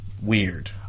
weird